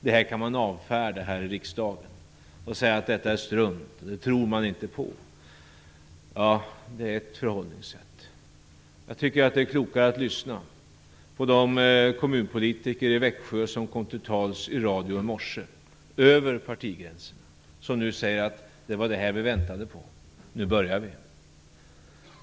Detta kan man avfärda här i riksdagen och säga att det är strunt och att man inte tror på det. Det är ett förhållningssätt. Jag tycker att det är klokare att lyssna på de kommunpolitiker i Växjö som kom till tals i radio i morse över partigränserna. De säger nu: Det var det här som vi väntade på, nu börjar vi.